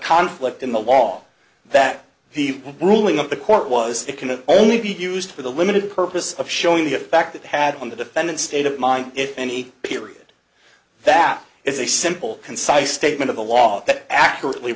conflict in the law that the ruling of the court was it can only be used for the limited purpose of showing the effect that had on the defendant's state of mind if any period that is a simple concise statement of the law that accurately